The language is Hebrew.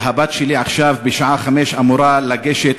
והבת שלי עכשיו, בשעה 17:00, אמורה לגשת